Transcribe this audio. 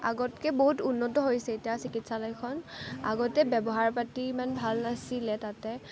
আগতকে বহুত উন্নত হৈছে এতিয়া চিকিৎসালয়খন আগতে ব্যৱহাৰ পাতি ইমান ভাল নাছিলে তাতে